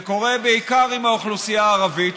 זה קורה בעיקר עם האוכלוסייה הערבית,